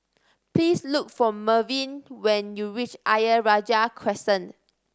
please look for Melvyn when you reach Ayer Rajah Crescent